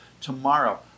tomorrow